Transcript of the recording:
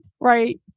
right